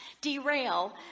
derail